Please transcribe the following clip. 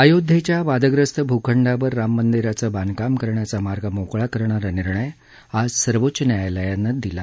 अयोध्येच्या वादग्रस्त भूखंडावर राममंदिराचं बांधकाम करण्याचा मार्ग मोकळा करणारा निर्णय आज सर्वोच्च न्यायालयानं दिला